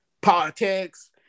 politics